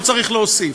לא צריך להוסיף,